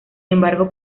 embargo